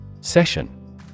Session